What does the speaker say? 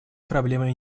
проблемой